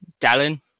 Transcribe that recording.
Dallin